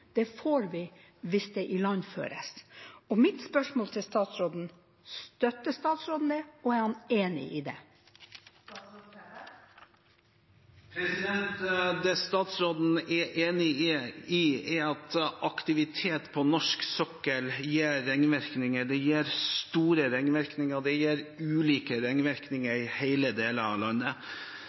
det får vi hvis det ilandføres. Mitt spørsmål til statsråden er: Støtter statsråden det, og er han enig i det? Det statsråden er enig i, er at aktivitet på norsk sokkel gir ringvirkninger, det gir store ringvirkninger, og det gir ulike ringvirkninger i alle deler av landet.